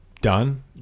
done